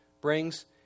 brings